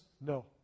no